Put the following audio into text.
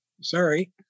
Sorry